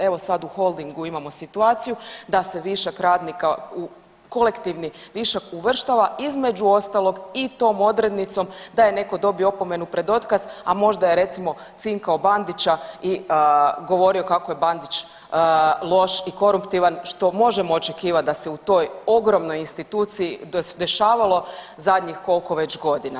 Evo sad u Holdingu imamo situaciju da se višak radnika, kolektivni višak uvrštava između ostalog i tom odrednicom da je netko dobio opomenu pred otkaz, a možda je recimo cinkao Bandića i govorio kako je Bandić loš i korumptivan što možemo očekivati da se u toj ogromnoj instituciji dešavalo zadnjih koliko već godina.